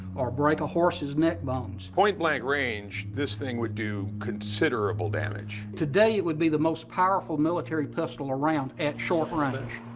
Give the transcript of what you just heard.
or break a horse's neck bones. point blank range, this thing would do considerable damage. today, it would be the most powerful military pistol around at short range.